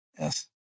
Yes